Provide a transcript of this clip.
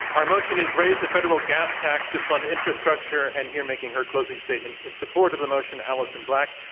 our motion is, raise the federal gas tax to fund infrastructure. and here making her closing statement in support of the motion, alison black,